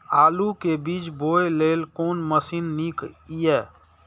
आलु के बीज बोय लेल कोन मशीन नीक ईय?